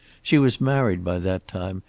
she was married by that time,